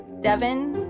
Devon